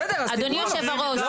אדוני יושב הראש,